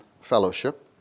fellowship